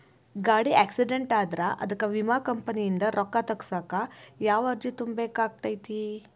ಗಾಡಿ ಆಕ್ಸಿಡೆಂಟ್ ಆದ್ರ ಅದಕ ವಿಮಾ ಕಂಪನಿಯಿಂದ್ ರೊಕ್ಕಾ ತಗಸಾಕ್ ಯಾವ ಅರ್ಜಿ ತುಂಬೇಕ ಆಗತೈತಿ?